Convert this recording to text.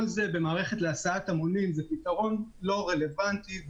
כל זה במערכת להסעת המונים זה פתרון לא רלבנטי.